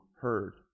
heard